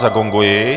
Zagonguji.